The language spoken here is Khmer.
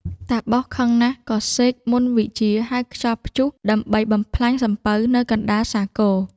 តាបសខឹងណាស់ក៏សេកមន្តវិជ្ជាហៅខ្យល់ព្យុះដើម្បីបំផ្លាញសំពៅ នៅកណ្តាលសាគរ ។